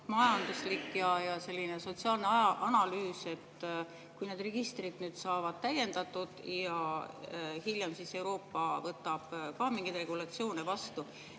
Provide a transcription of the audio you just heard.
majanduslik ja sotsiaalne analüüs, et kui need registrid saavad täiendatud ja hiljem Euroopa võtab ka mingeid regulatsioone vastu,